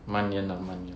慢淹 ah 慢淹